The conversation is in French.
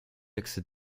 accès